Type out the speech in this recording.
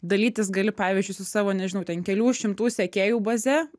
dalytis gali pavyzdžiui su savo nežinau ten kelių šimtų sekėjų baze